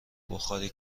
بخاری